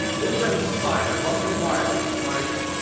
all jokes aside, i wonder while i like